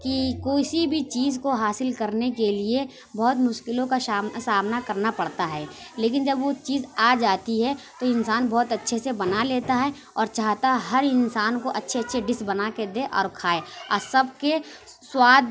کہ کسی بھی چیز کو حاصل کرنے کے لیے بہت مشکلوں کا سامنا کرنا پڑتا ہے لیکن جب وہ چیز آ جاتی ہے تو انسان بہت اچھے سے بنا لیتا ہے اور چاہتا ہے ہر انسان کو اچھے اچھے ڈس بنا کے دے اور کھائے اور سب کے سواد